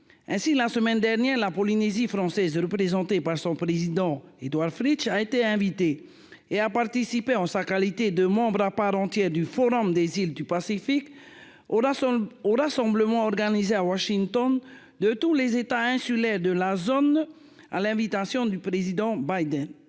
ainsi la semaine dernière la Polynésie française, représentée par son président Édouard Fritch a été invité et a participé, en sa qualité de membre à part entière du Forum des îles du Pacifique audace au rassemblement organisé à Washington de tous les États insulaires de la zone, à l'invitation du président Biden